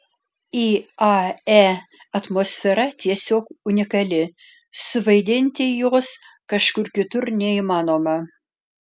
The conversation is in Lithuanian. iae atmosfera tiesiog unikali suvaidinti jos kažkur kitur neįmanoma